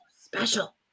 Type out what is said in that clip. special